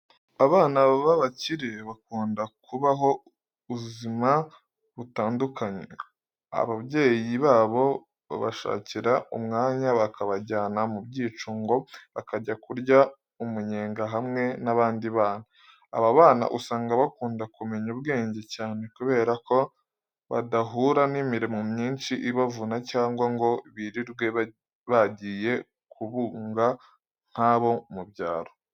Abana b'abakire bakunda kubaho uzima butandukane. Abyeyi babo babashakira umwanya bakabajyana mu byicungo bakajya kurya umunyenga hamwe n'abandi bana. Aba bana usanga bakunda kumenya ubwenge cyane kubera ko badahura n'imirimo myinshi ibavuna cyangwa ngo birirwe bagiye kubunga nk'abo mu byaro.